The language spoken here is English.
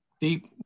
deep